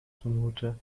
zumute